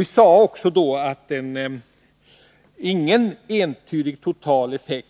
Vi sade också då att ingen entydig totaleffekt